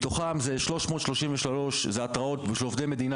מתוכן: 333 התראות של עובדי מדינה,